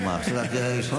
עכשיו זה קריאה ראשונה.